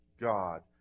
God